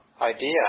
idea